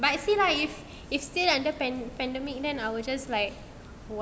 but see lah if if still under pan~ pandemic then I will just like